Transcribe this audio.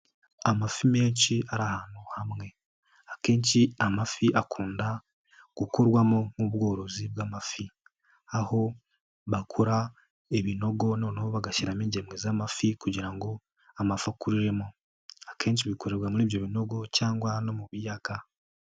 Amafi menshi ari ahantu hamwe, akenshi amafi akunda gukorwamo nk'ubworozi bw'amafi. Aho bakora ibinogo noneho bagashyiramo ingemwe z'amafi kugira ngo amafi akuriremo . Akenshi bikorerwa muri ibyo binogo cyangwa no mu biyaga.